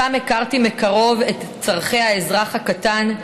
שם הכרתי מקרוב את צורכי האזרח הקטן,